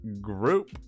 group